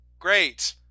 Great